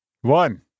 one